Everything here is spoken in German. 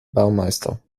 baumeister